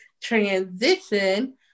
transition